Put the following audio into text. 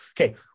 Okay